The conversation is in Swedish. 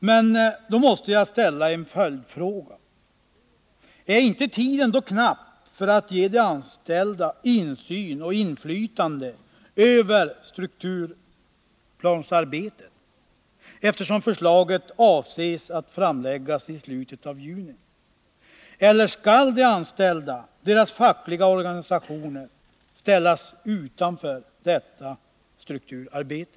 Men då måste jag ställa en följdfråga: Är inte tiden knapp för att ge de anställda insyn i och inflytande över strukturplansarbetet, eftersom förslaget avses framläggas i slutet av juni? Eller skall de anställda och deras fackliga organisationer ställas utanför detta strukturarbete?